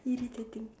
irritating